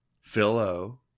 Philo